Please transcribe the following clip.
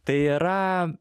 tai yra